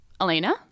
Elena